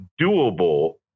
Doable